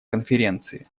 конференции